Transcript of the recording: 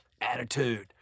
Attitude